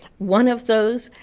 one of those,